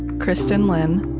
kristin lin,